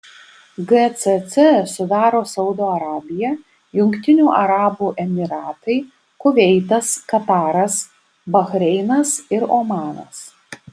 gcc sudaro saudo arabija jungtinių arabų emyratai kuveitas kataras bahreinas ir omanas